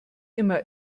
immer